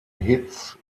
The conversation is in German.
hits